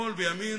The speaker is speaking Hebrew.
שמאל וימין.